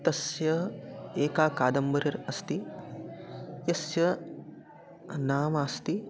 तस्य एका कादम्बरी अस्ति यस्य नाम अस्ति